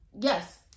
yes